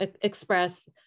express